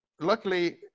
luckily